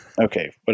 Okay